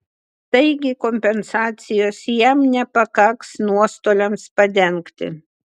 taigi kompensacijos jam nepakaks nuostoliams padengti